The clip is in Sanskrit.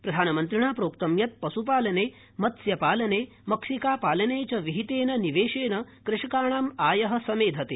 प्रधानमन्त्रिणा प्रोक्त यत् पश्पालने मत्स्यपालने मक्षिकापालने च विहितेन निवेशेन कृषकाणाम आयः समेधते